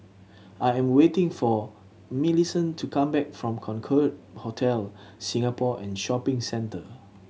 I am waiting for Millicent to come back from Concorde Hotel Singapore and Shopping Centre